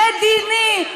מדיני,